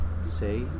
say